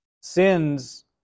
sins